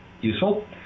useful